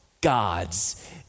God's